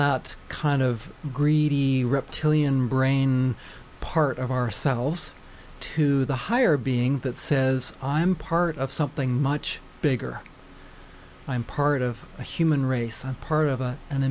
out kind of greedy the reptilian brain part of ourselves to the higher being that says i am part of something much bigger i'm part of a human race and part of a an